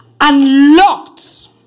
unlocked